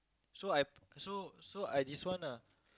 so I so so I this one ah